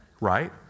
Right